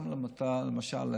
למשל,